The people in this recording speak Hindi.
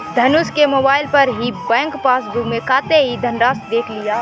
धनुष ने मोबाइल पर ही बैंक पासबुक में खाते की धनराशि देख लिया